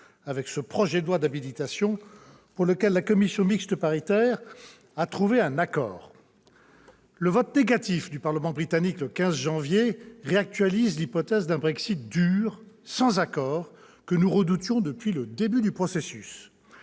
avec ce projet de loi d'habilitation, sur lequel la commission mixte paritaire a trouvé un accord. Le vote négatif du Parlement britannique du 15 janvier réactualise l'hypothèse d'un Brexit « dur », sans accord, que nous redoutions depuis le début du processus.